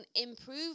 improve